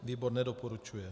Výbor nedoporučuje.